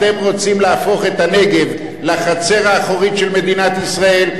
אתם רוצים להפוך את הנגב לחצר האחורית של מדינת ישראל,